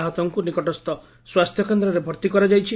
ଆହତଙ୍କୁ ନିକଟସ୍ଥ ସ୍ୱାସ୍ଥ୍ୟ କେନ୍ଦ୍ରରେ ଭର୍ତ୍ତି କରାଯାଇଛି